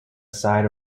side